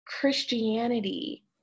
Christianity